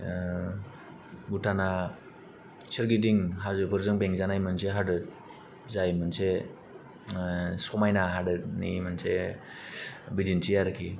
ओ भुटाना सोरगिदिं हाजोफोरजों बेंजानानाय मोनसे हादोर जाय मोनसे ओ समायना हादोरनि मोनसे बिदिन्थि आरोखि